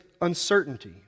uncertainty